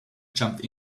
jumped